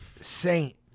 Saint